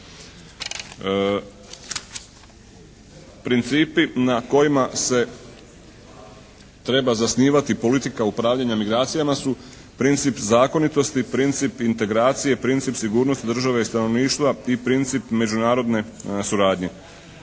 Principi na kojima se treba zasnivati politika upravljanja migracijama su: princip zakonitosti, princip integracije, princip sigurnosti države i stanovništva i princip međunarodne suradnje.